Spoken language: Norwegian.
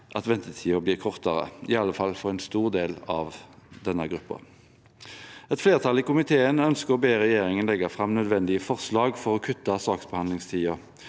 at ventetiden blir kortere, i hvert fall for en stor del av denne gruppen. Et flertall i komiteen ber regjeringen om å legge fram nødvendige forslag for å kutte saksbehandlingstiden.